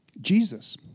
Jesus